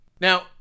now